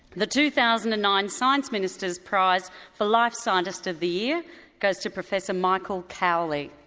the two thousand and nine science minster's prize for life scientist of the year goes to professor michael cowley.